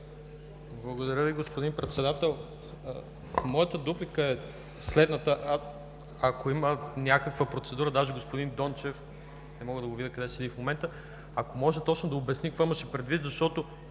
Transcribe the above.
Благодаря Ви, господин Председател. Моята дуплика е следната. Ако има някаква процедура, даже господин Дончев – не мога да го видя къде седи в момента, ако може, точно да обясни какво имаше предвид, защото